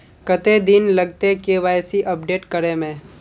कते दिन लगते के.वाई.सी अपडेट करे में?